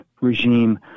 regime